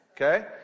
Okay